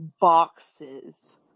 boxes